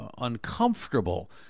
uncomfortable